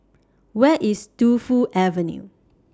Where IS Tu Fu Avenue